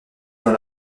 dans